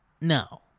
No